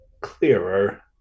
clearer